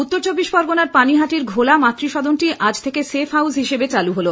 উত্তর চব্বিশ পরগনার পানিহাটির ঘোলা মাত্সদনটি আজ থেকে সেফ হাউস হিসেবে চালু হলো